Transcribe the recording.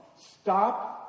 Stop